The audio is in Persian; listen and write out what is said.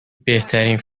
بهترین